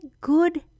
good